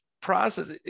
process